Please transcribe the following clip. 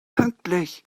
pünktlich